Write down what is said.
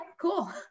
cool